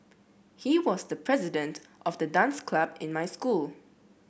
he was the president of the dance club in my school